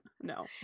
No